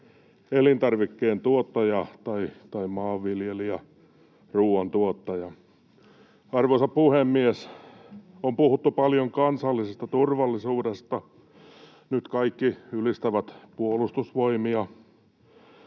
elintarvikkeentuottaja tai maanviljelijä, ruoantuottaja. Arvoisa puhemies! On puhuttu paljon kansallisesta turvallisuudesta. Nyt kaikki ylistävät Puolustusvoimia.